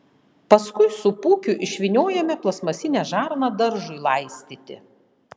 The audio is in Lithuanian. paskui su pūkiu išvyniojame plastmasinę žarną daržui laistyti